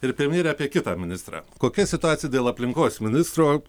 ir premjere apie kitą ministrą kokia situacija dėl aplinkos ministro